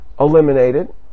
eliminated